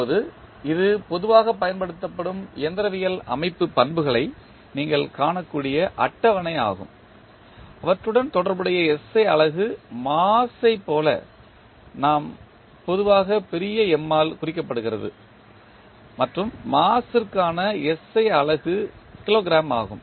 இப்போது இது பொதுவாகப் பயன்படுத்தப்படும் எந்திரவியல் அமைப்பு பண்புகளை நீங்கள் காணக்கூடிய அட்டவணையாகும் அவற்றுடன் தொடர்புடைய SI அலகு மாஸ் ஐ போல நாம் பொதுவாக பெரிய M ஆல் குறிக்கப்படுகிறது மற்றும் மாஸ் ற்கான SI அலகு கிலோகிராம் ஆகும்